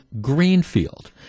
Greenfield